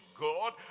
God